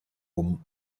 home